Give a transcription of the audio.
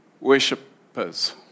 Worshippers